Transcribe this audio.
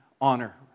honor